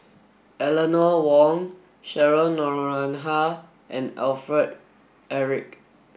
Eleanor Wong Cheryl Noronha and Alfred Eric